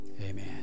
Amen